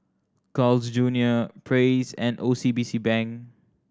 Carl's Junior Praise and O C B C Bank